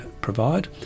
provide